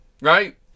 right